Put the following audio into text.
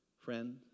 Friend